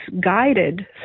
guided